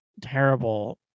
terrible